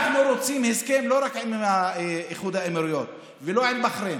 אנחנו רוצים הסכם לא רק עם איחוד האמירויות ולא עם בחריין,